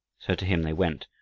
so to him they went,